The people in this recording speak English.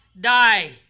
die